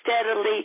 steadily